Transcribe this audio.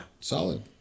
Solid